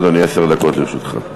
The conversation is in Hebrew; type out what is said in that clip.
בבקשה, אדוני, עשר דקות לרשותך.